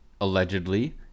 allegedly